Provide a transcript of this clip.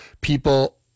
people